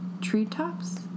Treetops